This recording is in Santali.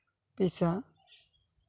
ᱯᱤᱥᱟ